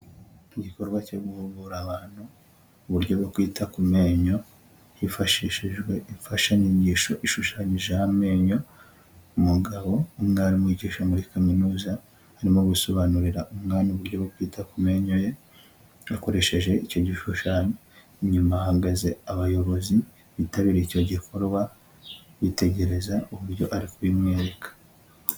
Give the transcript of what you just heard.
Igikorwa cyo guhugura abantu, uburyo bwo kwita ku menyo, hifashishijwe imfashanyigisho ishushanyijeho amenyo, umugabo w'umwarimu wigisha muri kaminuza, arimo gusobanurira umwana uburyo bwo kwita ku menyo ye akoresheje icyo gishushanyo. Inyuma hahagaze abayobozi bitabiriye icyo gikorwa, bitegereza uburyo ari kubimwereka.